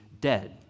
dead